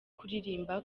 kuririmba